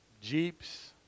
jeeps